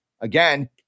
again